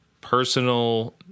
personal